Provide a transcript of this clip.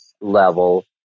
level